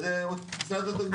כרגע אמרת שדיירי הדיור הציבורי הם